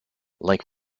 like